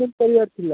କରିବାର ଥିଲା